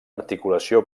articulació